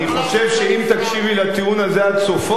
אני חושב שאם תקשיבי לטיעון הזה עד סופו,